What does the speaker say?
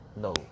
no